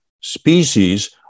species